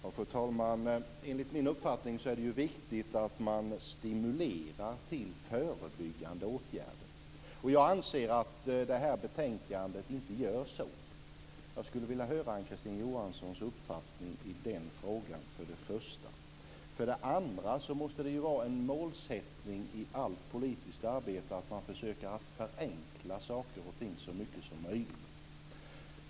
Fru talman! Enligt min uppfattning är det viktigt att man stimulerar till förebyggande åtgärder. Jag anser att förslagen i betänkandet inte gör det. Jag skulle vilja höra Ann-Kristine Johanssons uppfattning i den frågan. Det måste vara en målsättning i allt politiskt arbete att man försöker förenkla saker och ting så mycket som möjligt.